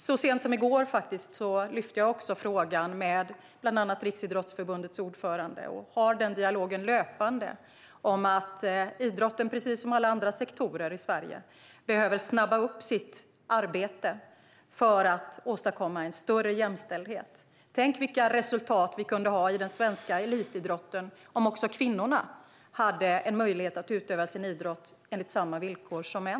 Så sent som i går lyfte jag frågan med Riksidrottsförbundets ordförande. Vi har en löpande dialog om att idrotten, precis som alla andra sektorer i Sverige, behöver snabba upp sitt arbete för att åstadkomma en större jämställdhet. Tänk, vilka resultat vi skulle kunna ha i den svenska elitidrotten om också kvinnorna hade möjlighet att utöva sin idrott på samma villkor som män!